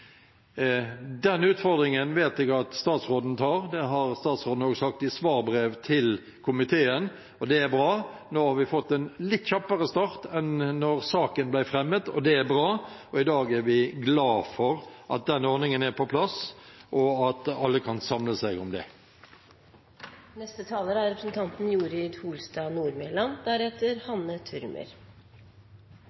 utfordringen vet jeg at statsråden tar, det har statsråden også sagt i svarbrev til komiteen, og det er bra. Nå har vi fått en litt kjappere start enn da saken ble fremmet, det er bra, og i dag er vi glad for at den ordningen er på plass, og at alle kan samle seg om det. Offentlig støtte og gode rammevilkår for kunst og kultur er